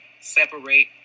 separate